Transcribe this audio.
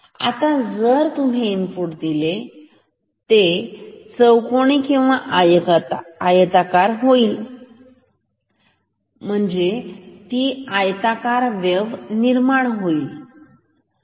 आता जर तुम्ही इनपुट दिले ते चौकोनी किंवा आयताकार पद्धतीची वेव्ह बनवेल निर्माण करेल कसे